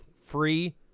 free